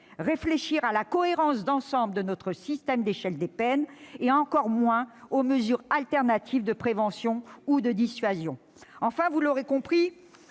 -réfléchir à la cohérence d'ensemble de notre système d'échelle des peines, et encore moins aux mesures alternatives de prévention ou de dissuasion. Enfin, vous l'aurez compris,